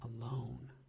alone